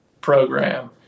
program